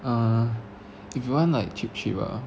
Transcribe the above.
uh if you want like cheap cheap ah